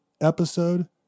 episode